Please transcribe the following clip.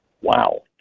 wow